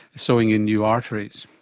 sewing in new arteries.